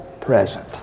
present